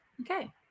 okay